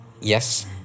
Yes